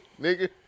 nigga